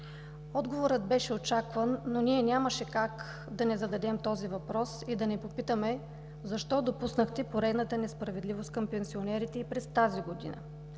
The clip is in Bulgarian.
Отговорът беше очакван, но ние нямаше как да не зададем този въпрос и да не попитаме: защо допуснахте поредната несправедливост към пенсионерите и през тази година